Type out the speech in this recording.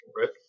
right